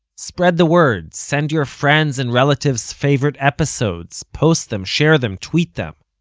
spread the word, send your friends and relatives favorite episodes, post them, share them, tweet them.